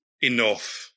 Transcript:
enough